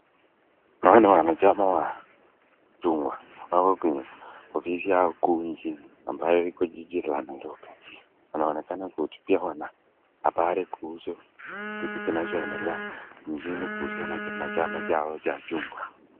Hawa ni wanachama wa chungwa, wako kwenye ofisi yao kuu nchini, ambayo iko jiji la Nairobi, wanaonekana kuhutubia wanahabari kuhusu kitu kinachoedelea, nchini kuhusiana na chama chao cha chungwa.